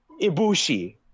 Ibushi